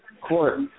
court